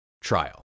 trial